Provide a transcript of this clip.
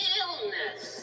illness